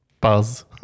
buzz